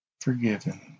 forgiven